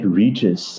reaches